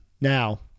Now